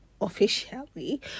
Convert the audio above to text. officially